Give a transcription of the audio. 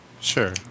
Sure